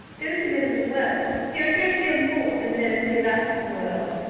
those who live in the world hear a great deal more than those who live out of the world.